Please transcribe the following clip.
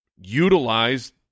utilize